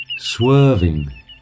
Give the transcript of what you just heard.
swerving